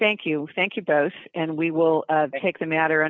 thank you thank you and we will take the matter